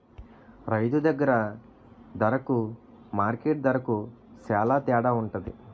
రైతు దగ్గర దరకు మార్కెట్టు దరకు సేల తేడవుంటది